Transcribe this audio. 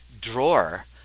drawer